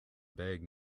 bag